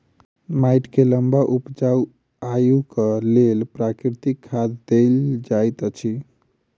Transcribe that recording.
माइट के लम्बा उपजाऊ आयुक लेल प्राकृतिक खाद देल जाइत अछि